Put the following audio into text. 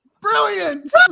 Brilliant